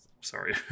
Sorry